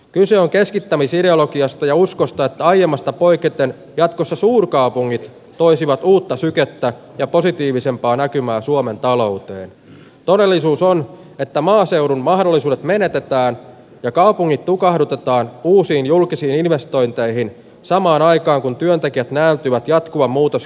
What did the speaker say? kyse on keskittämisideologiasta ja uskosta aiemmasta poiketen jatkossa suurkaupungit voisivat uutta sykettä ja positiivisempaan näkymän suomen talouteen todellisuus on että maaseudun mahdollisuudet menetetään ja kaupungit tukahdutetaan uusiin julkisiin investointeihin samaan aikaan kun työntekijät näyttivät jatkuvan muutos